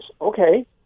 Okay